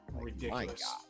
ridiculous